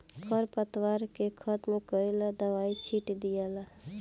खर पतवार के खत्म करेला दवाई छिट दियाला